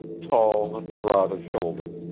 tall and broad of shoulder,